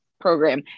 program